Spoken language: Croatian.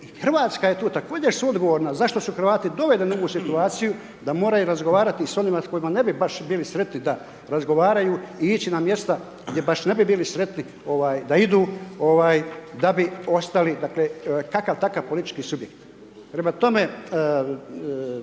Hrvatska je tu također suodgovorna zašto su Hrvati dovedeni u ovu situaciju da moraju razgovarati s onima s kojima ne bi baš bili sretni da razgovaraju i ići na mjesta gdje baš ne bi bili sretni ovaj da idu ovaj da bi ostali dakle kakav takav politički subjekt. Prema tome,